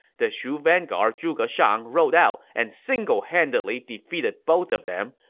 the shu vanguard zhuge shang rode out and single-handedly defeated both of them.